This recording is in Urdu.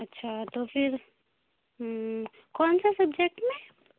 اچھا تو پھر کون سا سبجیکٹ میں